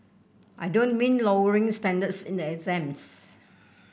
I don't mean lowering standards in the exams